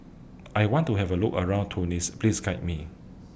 I want to Have A Look around Tunis Please Guide Me